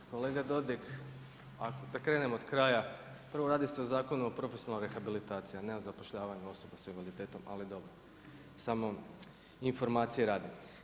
Kolega Dodig da krenem od kraja, prvo radi se o Zakonu o profesionalnoj rehabilitaciji, a ne o zapošljavanju osoba s invaliditetom, ali dobro, samo informacije radi.